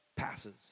passes